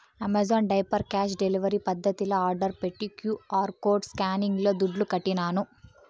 Amazon diaper cash delivery పద్దతిల order పెట్టి QR code స్కానింగ్ల దుడ్లుకట్టినాను